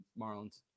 Marlins